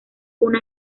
una